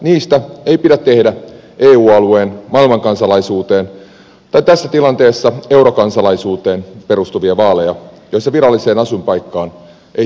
niistä ei pidä tehdä eu alueen maailmankansalaisuuteen tai tässä tilanteessa eurokansalaisuuteen perustuvia vaaleja joissa viralliseen asuinpaikkaan ei sitouduta